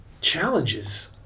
challenges